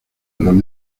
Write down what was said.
los